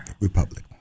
Republic